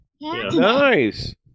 Nice